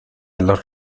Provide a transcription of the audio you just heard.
los